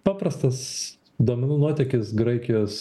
paprastas duomenų nuotėkis graikijos